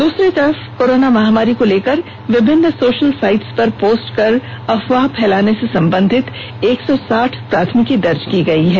दूसरी तरह कोरोना महामारी को लेकर विभिन्न सोशल साइट्स पर पोस्ट कर अफवाह फैलाने से संबंधित एक सौ साठ प्राथमिकी दर्ज हो चुकी है